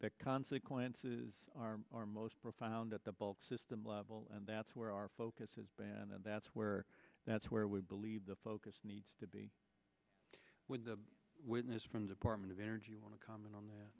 the consequences are our most profound at the bulk system level and that's where our focus has been and that's where that's where we believe the focus needs to be with the witness from department of energy want to comment on